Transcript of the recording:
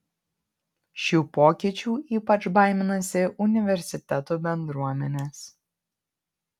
šių pokyčių ypač baiminasi universitetų bendruomenės